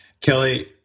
Kelly